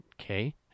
Okay